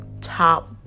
top